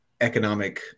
economic